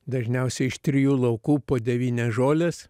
dažniausiai iš trijų laukų po devynias žoles